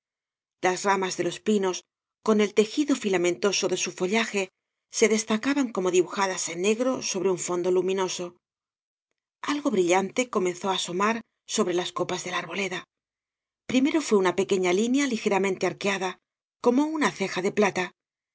las ramas de los pinos con el tejido filamentóse de su follaje se destacaban como dibujadas en negro sobre un fondo luminoso algo brillante comenzó á asomar sobre las copas de la arboleda primero fué una pequeña linea ligera mente arqueada como una ceja de plata